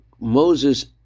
Moses